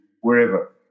wherever